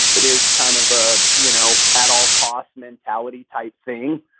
it is kind of, ah you know, at all costs mentality type thing.